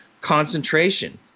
concentration